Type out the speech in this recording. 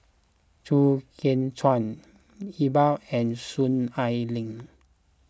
Chew Kheng Chuan Iqbal and Soon Ai Ling